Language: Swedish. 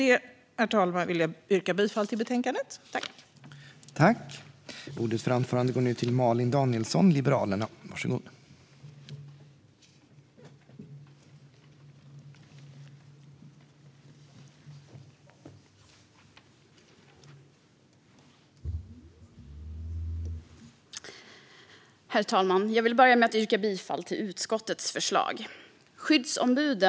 Med detta vill jag yrka bifall till utskottets förslag i betänkandet.